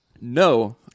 No